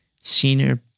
senior